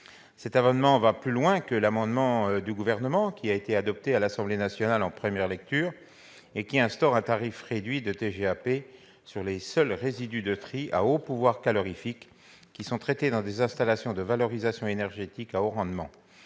Cet amendement va plus loin que celui du Gouvernement, adopté à l'Assemblée nationale en première lecture, qui tendait à instaurer un tarif réduit de TGAP sur les seuls résidus de tri à haut pouvoir calorifique traités dans des installations de valorisation énergétique à haut rendement.